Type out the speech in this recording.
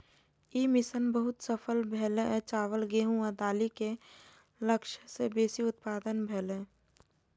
ई mission बहुत सफल भेलै आ चावल, गेहूं आ दालि के लक्ष्य सं बेसी उत्पादन भेलै